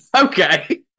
okay